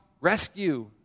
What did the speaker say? rescue